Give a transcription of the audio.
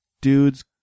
dudes